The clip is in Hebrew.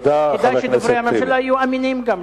כדאי שדוברי הממשלה יהיו אמינים גם,